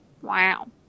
wow